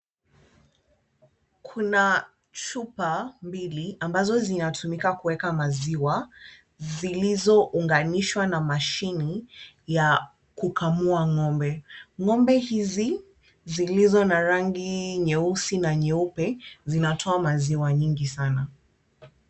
Kuna chupa mbili ambazo zinatumika kuweka maziwa zilizounganishwa na mashini ya kukamua ng'ombe. Ng'ombe hizi zilizo na rangi nyeusi na nyeupe zinatoa maziwa nyingi sana.